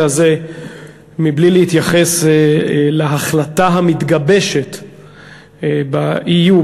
הזה מבלי להתייחס להחלטה המתגבשת ב-EU,